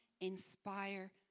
inspire